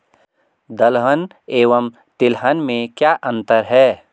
दलहन एवं तिलहन में क्या अंतर है?